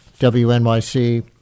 WNYC